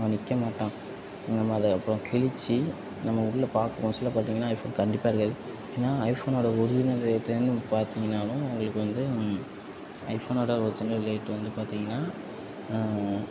அவன் நிற்கமாட்டான் நம்ம அதை அப்புறம் கிழிச்சி நம்ம உள்ள பாக்கு மோஸ்ட்ல பார்த்தீங்கன்னா ஐஃபோன் கண்டிப்பாக இருக்காது ஏன்னா ஐஃபோன்னோட ஒரிஜினல் ரேட்லருந்து பார்த்தீங்கன்னாலும் உங்களுக்கு வந்து ஐஃபோன்னோட ஒரிஜினல் ரேட்டு வந்து பார்த்தீங்கன்னா